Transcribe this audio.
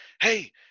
Hey